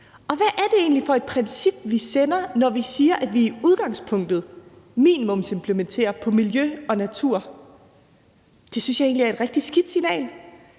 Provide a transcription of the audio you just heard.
Og hvad er det egentlig for et signal, vi sender, når vi siger, at vi i udgangspunktet minimumsimplementerer på miljø- og naturområdet? Det synes jeg egentlig er et rigtig skidt signal.